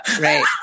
Right